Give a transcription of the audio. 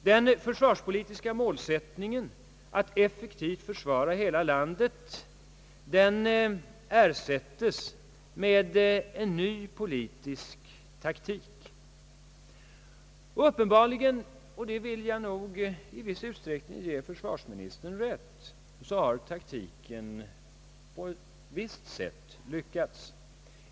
Den försvarspolitiska målsättningen att effektivt försvara hela landet ersätts med en ny politisk taktik. Uppenbarligen — här vill jag nog i viss utsträckning ge försvarsministern rätt — har taktiken lyckats.